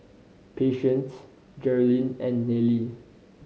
Patience Jerrilyn and Nelie